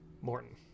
Morton